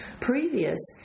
previous